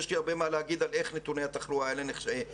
יש לי הרבה מה לומר על איך נתוני התחלואה האלה נמדדים.